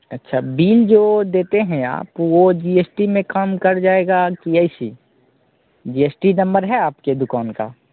अच्छा बिल जो देते हैं आप तो वह जी एस टी में काम कर जाएगा कि ऐसी जी एस टी नंबर है आपके दुकान का